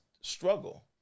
struggle